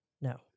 No